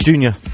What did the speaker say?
Junior